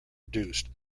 reduced